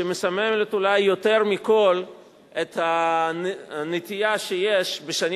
שמסמלת אולי יותר מכול את הנטייה שיש בשנים